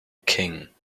king